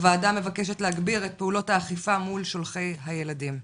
הוועדה מבקשת להגביר את פעולות האכיפה מול שולחי הילדים.